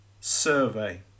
survey